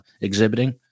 exhibiting